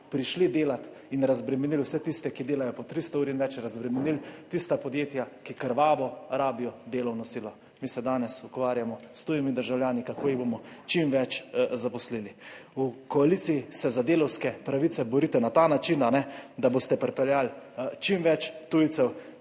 prišli delat in razbremenili vse tiste, ki delajo po 300 ur in več, razbremenili tista podjetja, ki krvavo rabijo delovno silo. Mi se danes ukvarjamo s tujimi državljani, kako jih bomo čim več zaposlili. V koaliciji se za delavske pravice borite na ta način, da boste pripeljali čim več tujcev,